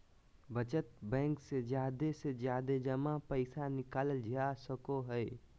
बचत बैंक से जादे से जादे जमा पैसा निकालल जा सको हय